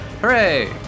Hooray